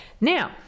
Now